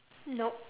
nope